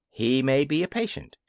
he may be a patient.